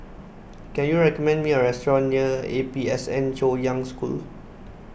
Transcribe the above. can you recommend me a restaurant near A P S N Chaoyang School